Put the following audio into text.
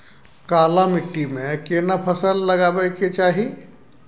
काला माटी में केना फसल लगाबै के चाही?